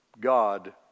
God